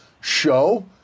show